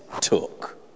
took